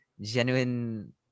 genuine